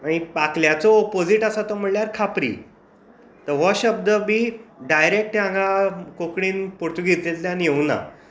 मागीर पाकल्याचो ओपोजीट आसा तो खापरी तर हो शब्द बी डायरेक्ट हांगा कोंकणींत पुर्तुगेजींतल्यान येवंक ना